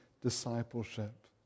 discipleship